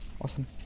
awesome